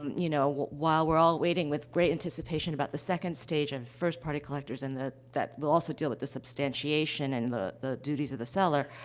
um you know, while we're all waiting with great anticipation about the second stage of first-party collectors, and that that will also deal with the substantiation and the the duties of the seller,